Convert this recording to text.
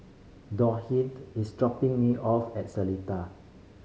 is dropping me off at Seletar